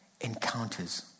encounters